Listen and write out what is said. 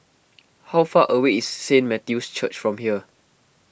how far away is Saint Matthew's Church from here